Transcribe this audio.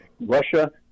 russia